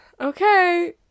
Okay